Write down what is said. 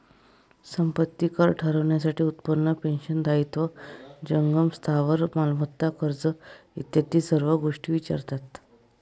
संपत्ती कर ठरवण्यासाठी उत्पन्न, पेन्शन, दायित्व, जंगम स्थावर मालमत्ता, कर्ज इत्यादी सर्व गोष्टी विचारतात